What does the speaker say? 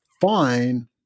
fine